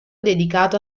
dedicato